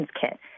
Kit